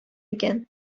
икән